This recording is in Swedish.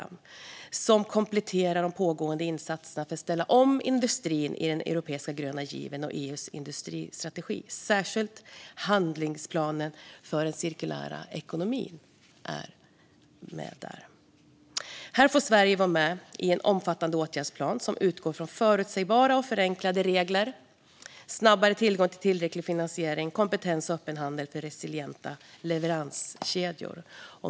Den ska komplettera de pågående insatserna för att ställa om industrin i den europeiska gröna given och EU:s industristrategi, särskilt handlingsplanen för den cirkulära ekonomin. Här får Sverige vara med i en omfattande åtgärdsplan som utgår från förutsägbara och förenklade regler, snabbare tillgång till tillräcklig finansiering, kompetens och öppen handel för resilienta leveranskedjor.